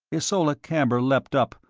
ysola camber leapt up,